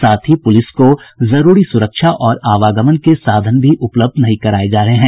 साथ ही पुलिस को जरूरी सुरक्षा और आवागमन के साधन भी उपलब्ध नहीं कराये जा रहे हैं